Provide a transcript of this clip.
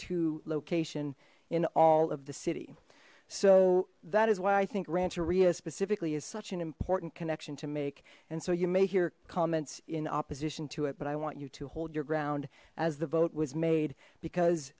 to location in all of the city so that is why i think rancheria specifically is such an important connection to make and so you may hear comments in opposition to it but i want you to hold your ground as the vote was made